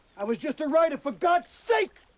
i was just a writer, for god's sake!